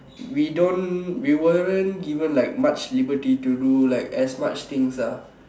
we don't we weren't given like much liberty to do like as much things ah